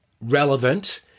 relevant